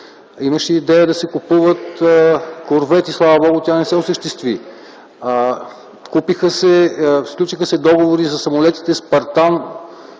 Имаше идея да се купуват корвети – слава Богу, тя не се осъществи. Сключиха се договори за самолетите „Спартан”,